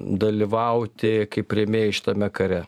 dalyvauti kaip rėmėjai šitame kare